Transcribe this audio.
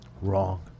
Wrong